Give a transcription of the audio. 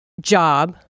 job